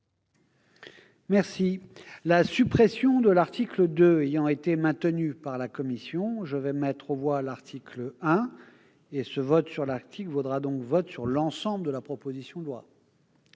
loi. La suppression de l'article 2 ayant été maintenue par la commission, je vais mettre aux voix l'article 1, et ce vote sur l'article vaudra vote sur l'ensemble de la proposition de loi.